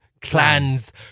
Clans